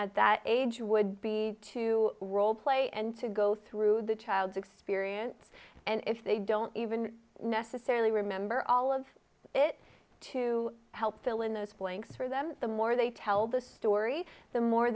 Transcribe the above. at that age would be to role play and to go through the child's experience and if they don't even necessarily remember all of it to help fill in those blanks for them the more they tell the story the more